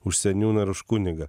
už seniūną ir už kunigą